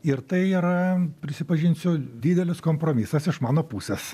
ir tai yra prisipažinsiu didelis kompromisas iš mano pusės